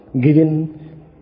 given